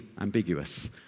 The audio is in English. ambiguous